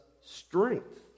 strength